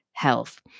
health